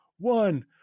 One